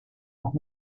las